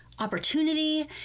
Opportunity